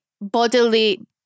bodily